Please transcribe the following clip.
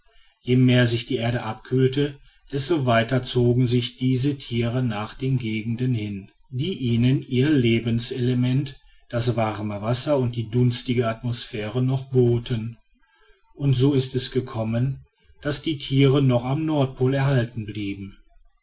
je mehr sich die erde abkühlte desto weiter zogen sich diese tiere nach den gegenden hin die ihnen ihr lebens element das warme wasser und die dunstige atmosphäre noch boten und so ist es gekommen daß die tiere noch am nordpol erhalten blieben